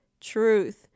truth